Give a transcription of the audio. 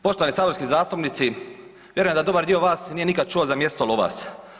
Poštovani saborski zastupnici, vjerujem da dobar dio vas nije nikad čuo za mjesto Lovas.